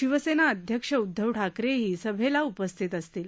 शिवसेना अध्यक्ष उद्घव ठाकरेही सभेला उपस्थित असतील